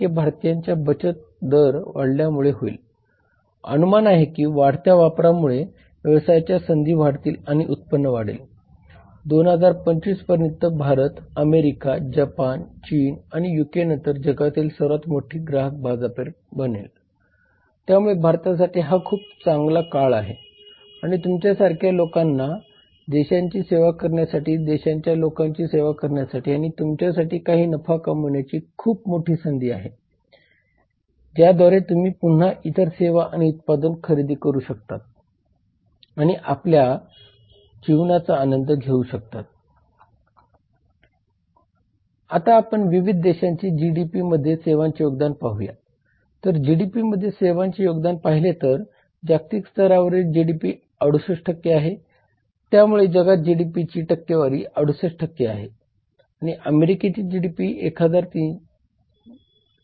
प्रशासनाची उदाहरणे जी आपल्या व्यवसायावर परिणाम करू शकतात ती म्हणजे सरकारी हॉटेलची ग्रेडिंग प्रणाली बांधकामासाठी लागणाऱ्या साहित्यावर आयात शुल्माकाची माफी किंवा किंवा सेवा सुविधेचे नूतनीकरण सेवांमधील कामांच्या तासिकेवरील बंदी खरेदी प्रणालीवरील नियंत्रण राष्ट्रीय विमान सेवा जे देशातून पर्यटकांच्या प्रवेश किंवा बाहेर पडण्याचे आदेश देतात आणि व्यावसायिक वातावरणातील अखंडता आणि भ्रष्टाचार हे आहेत